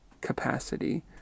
capacity